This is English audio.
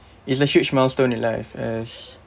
is a huge milestone in life as